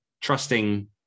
Trusting